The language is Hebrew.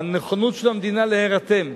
הנכונות של המדינה להירתם,